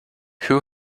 who